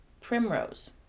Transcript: Primrose